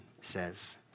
says